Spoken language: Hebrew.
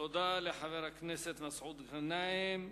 תודה לחבר הכנסת מסעוד גנאים.